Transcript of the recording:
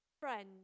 friend